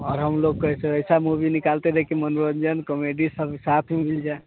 और हम लोग को है सो ऐसा मुवी निकालते रहें कि मनोरंजन कॉमेडी सब साथ ही मिल जाए